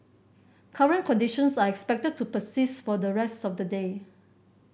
current conditions are expected to persist for the rest of the day